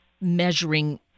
measuring